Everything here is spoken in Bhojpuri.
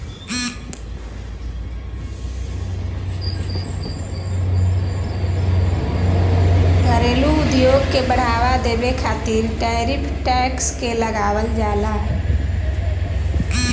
घरेलू उद्योग के बढ़ावा देबे खातिर टैरिफ टैक्स के लगावल जाला